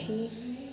खुशी